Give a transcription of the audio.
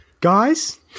guys